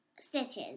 Stitches